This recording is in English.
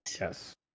Yes